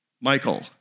Michael